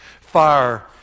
fire